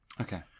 Okay